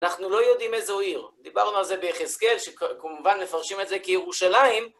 אנחנו לא יודעים איזו עיר, דיברנו על זה ביחזקאל, שכמובן מפרשים את זה כירושלים.